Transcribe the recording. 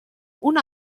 una